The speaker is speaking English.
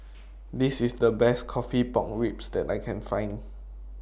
This IS The Best Coffee Pork Ribs that I Can Find